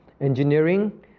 engineering